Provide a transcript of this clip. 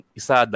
isa